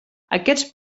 aquests